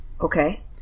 Okay